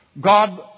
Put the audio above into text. God